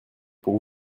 pour